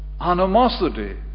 animosity